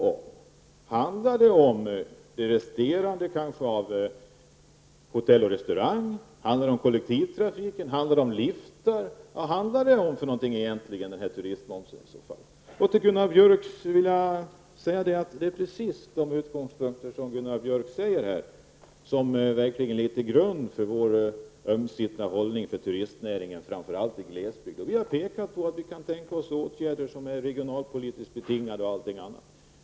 Rör det sig om det resterande beträffande hotell och restaurangbranschen, kollektivtrafiken, liftar eller vad handlar egentligen turistmomsen om? Till Gunnar Björk vill jag säga att det är fråga om just de utgångspunkter som han talar om. De ligger till grund för vår ömsinta hållning till turistnäringen, framför allt när det gäller glesbygden. Vi har pekat på att vi kan tänka oss bl.a. åtgärder som är regionalpolitiskt betingade.